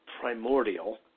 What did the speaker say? primordial